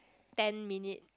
ten minute